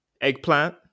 eggplant